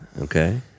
Okay